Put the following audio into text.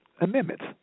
amendments